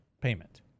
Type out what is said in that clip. Payment